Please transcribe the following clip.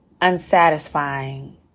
unsatisfying